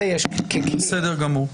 בסדר גמור.